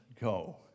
go